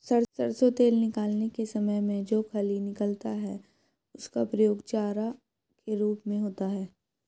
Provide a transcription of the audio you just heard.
सरसों तेल निकालने के समय में जो खली निकलता है उसका प्रयोग चारा के रूप में होता है